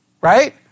right